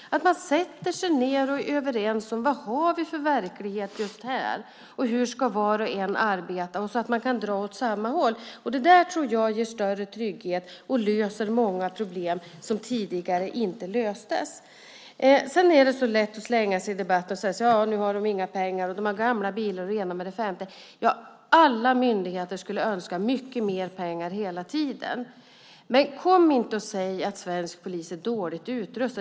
Man sätter sig ned för att bli överens om vilken verklighet man har just där och hur var och en ska arbeta så att man kan dra åt samma håll. Det tror jag ger större trygghet och löser många problem som tidigare inte löstes. Det är lätt att slänga sig i debatten och säga att nu har de inga pengar, och de har gamla bilar och det ena med det femte. Alla myndigheter skulle önska mycket mer pengar hela tiden. Men kom inte och säg att svensk polis är dåligt utrustad!